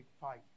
fight